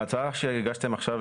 בהצעה שהגשתם עכשיו